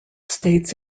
states